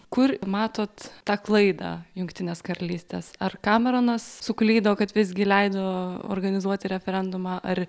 kur matot tą klaidą jungtinės karalystės ar kameronas suklydo kad visgi leido organizuoti referendumą ar